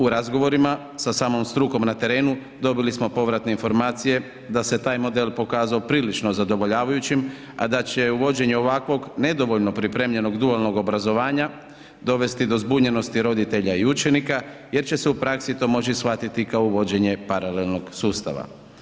U razgovorima sa samom strukom na terenu, dobili smo povratne informacije da se taj model pokazao prilično zadovoljavajućim, a da će u vođenju ovakvom nedovoljno pripremljenog dualnog obrazovanja, dovesti do zbunjenosti roditelja i učenika jer će se u praksi to moći shvatiti kao uvođenje paralelnog sustava.